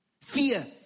Fear